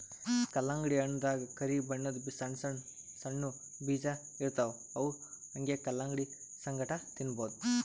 ಕಲ್ಲಂಗಡಿ ಹಣ್ಣ್ ದಾಗಾ ಕರಿ ಬಣ್ಣದ್ ಸಣ್ಣ್ ಸಣ್ಣು ಬೀಜ ಇರ್ತವ್ ಅವ್ ಹಂಗೆ ಕಲಂಗಡಿ ಸಂಗಟ ತಿನ್ನಬಹುದ್